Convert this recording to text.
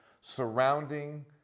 surrounding